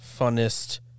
funnest